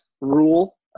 rule